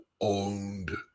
owned